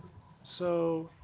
so